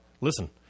Listen